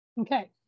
Okay